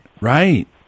right